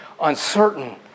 uncertain